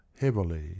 heavily